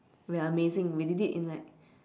we are amazing we did it in like